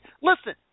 Listen